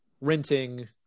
renting